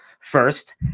first